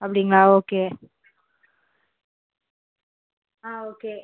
அப்படிங்களா okay ah okay